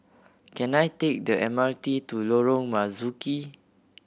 can I take the M R T to Lorong Marzuki